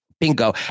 bingo